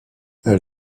elle